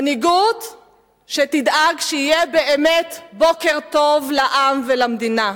מנהיגות שתדאג שיהיה באמת בוקר טוב לעם ולמדינה,